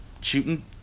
shooting